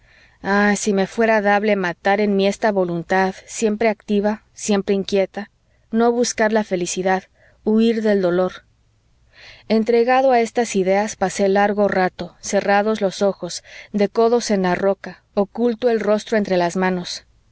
ah si me fuera dable matar en mí esta voluntad siempre activa siempre inquieta no buscar la felicidad huir del dolor entregado a estas ideas pasé largo rato cerrados los ojos de codos en la roca oculto el rostro entre las manos